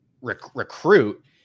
recruit